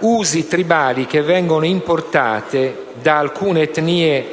usi tribali che vengono importati da alcune etnie